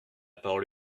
parole